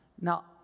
Now